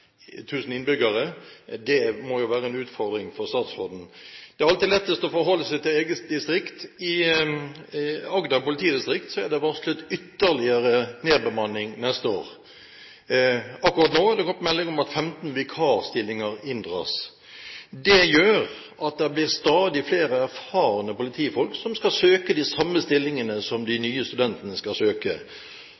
innbyggere. Det må jo være en utfordring for statsråden. Det er alltid lettest å forholde seg til eget distrikt. I Agder politidistrikt er det varslet ytterligere nedbemanning neste år. Akkurat nå er det kommet melding om at 15 vikarstillinger inndras. Det gjør at det blir stadig flere erfarne politifolk som skal søke på de samme stillingene som de